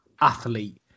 athlete